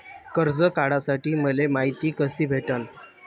कर्ज काढासाठी मले मायती कशी भेटन?